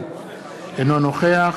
אינו נוכח